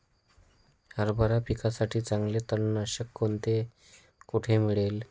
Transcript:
हरभरा पिकासाठी चांगले तणनाशक कोणते, कोठे मिळेल?